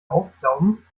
aufklauben